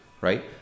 right